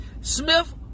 Smith